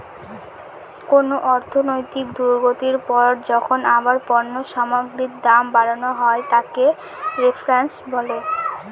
কোন অর্থনৈতিক দুর্গতির পর যখন আবার পণ্য সামগ্রীর দাম বাড়ানো হয় তাকে রেফ্ল্যাশন বলে